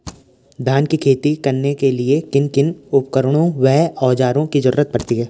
धान की खेती करने के लिए किन किन उपकरणों व औज़ारों की जरूरत पड़ती है?